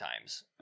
times